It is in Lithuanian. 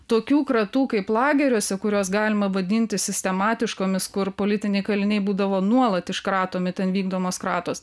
tokių kratų kaip lageriuose kuriuos galima vadinti sistematiškomis kur politiniai kaliniai būdavo nuolat iškratomi ten vykdomos kratos